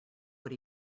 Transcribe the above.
what